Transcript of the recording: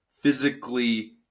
physically